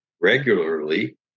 regularly